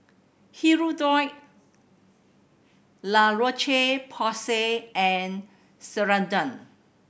Hirudoid La Roche Porsay and Ceradan